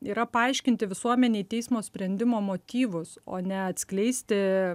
yra paaiškinti visuomenei teismo sprendimo motyvus o ne atskleisti